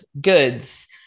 goods